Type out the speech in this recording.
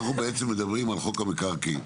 אנחנו בעצם מדברים על חוק המקרקעין,